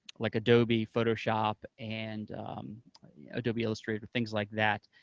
like adobe photoshop and adobe illustrator, things like that,